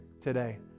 today